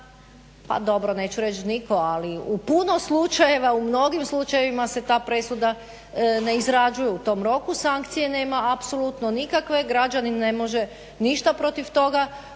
pa dobro neću reć' nitko ali u puno slučajeva, u mnogim slučajevima se ta presuda ne izrađuje u tom roku. Sankcije nema apsolutno nikakve. Građanin ne može ništa protiv toga,